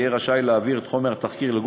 וכדי להפיג את חששם מחשיפה להליך